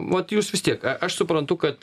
vat jūs vis tiek a aš suprantu kad